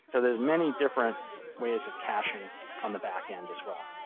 ah there's many different ways of caching on the back end, as well.